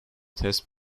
test